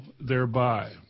thereby